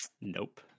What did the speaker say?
nope